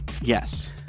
Yes